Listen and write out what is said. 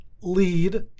lead